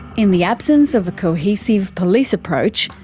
in the absence of a cohesive police approach,